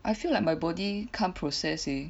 I feel like my body can't process eh